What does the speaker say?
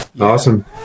Awesome